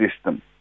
system